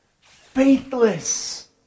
faithless